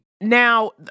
Now